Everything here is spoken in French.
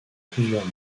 plusieurs